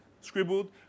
scribbled